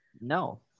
No